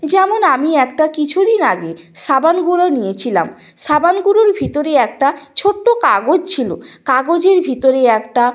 যেমন আমি একটা কিছু দিন আগে সাবান গুঁড়ো নিয়েছিলাম সাবান গুঁড়োর ভিতরে একটা ছোট্ট কাগজ ছিল কাগজের ভিতরে একটা